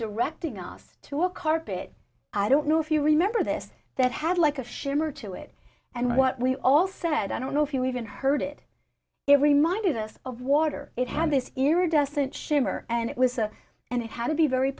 directing us to a carpet i don't know if you remember this that had like a shimmer to it and what we all said i don't know if you even heard it it reminded us of water it had this iridescent shimmer and it was a and it had to be very